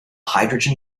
hydrogen